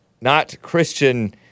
not-Christian